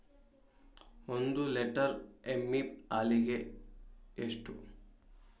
ಒಂದು ಲೇಟರ್ ಎಮ್ಮಿ ಹಾಲಿಗೆ ಎಷ್ಟು?